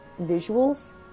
visuals